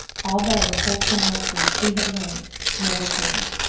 although the wholesome lesson she had learned never faded.